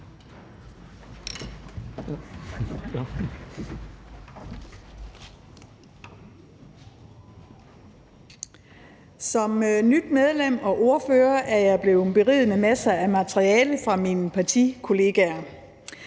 Som nyt medlem og ny ordfører er jeg blevet beriget med masser af materiale fra mine partikollegaer;